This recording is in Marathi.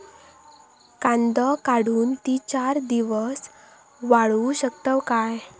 कांदो काढुन ती चार दिवस वाळऊ शकतव काय?